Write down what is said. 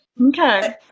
Okay